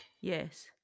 Yes